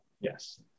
Yes